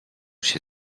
się